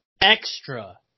extra